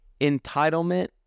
Entitlement